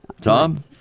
Tom